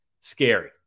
scary